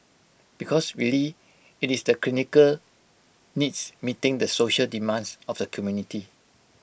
because really IT is the clinical needs meeting the social demands of the community